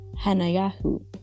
Hanayahu